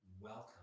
welcome